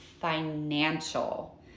financial